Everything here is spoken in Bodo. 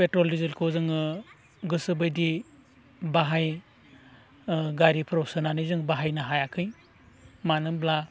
पेट्रल दिजेलखौ जोङो गोसो बायदि बाहाय गारिफ्राव सोनानै जों बाहायनो हायाखै मानो होनब्ला